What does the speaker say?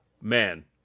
Man